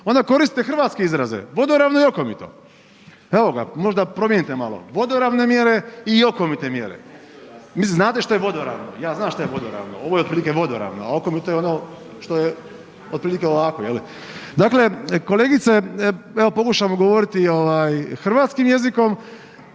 onda koristite hrvatske izraze, vodoravno i okomito. Evo ga, možda promijenite malo vodoravne mjere i okomite mjere. Mislim znate što je vodoravno? Ja znam što je vodoravno, ovo je otprilike vodoravno, a okomito je ono što je otprilike ovako je li? Dakle, kolegice, pokušajmo govoriti ovaj hrvatskim jezikom.